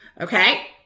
Okay